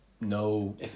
no